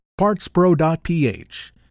partspro.ph